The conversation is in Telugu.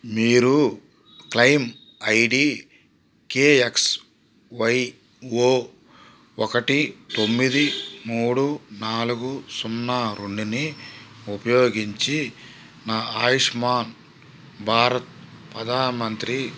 మీరు claim I D K X Y O ఒకటి తొమ్మిది మూడు నాలుగు సున్నా రెండుని ఉపయోగించి నా ఆయుష్మాన్ భారత్ ప్రధాన్ మంత్రి